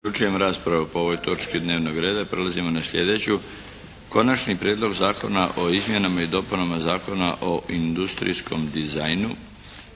**Milinović, Darko (HDZ)** Prelazimo na sljedeću. - Konačni prijedlog zakona o izmjenama i dopunama Zakona o industrijskom dizajnu,